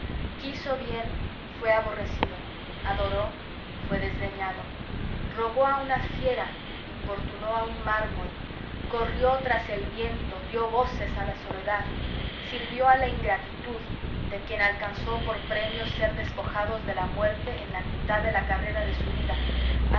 quiso bien fue aborrecido adoró fue desdeñado rogó a una fiera importunó a un mármol corrió tras el viento dio voces a la soledad sirvió a la ingratitud de quien alcanzó por premio ser despojos de la muerte en la mitad de la carrera de su vida